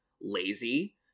lazy